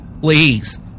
please